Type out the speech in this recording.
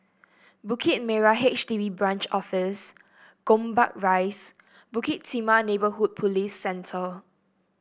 Bukit Merah H D B Branch Office Gombak Rise Bukit Timah Neighbourhood Police Centre